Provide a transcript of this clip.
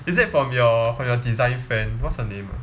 is that from your from your design friend what's her name ah